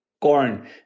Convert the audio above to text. corn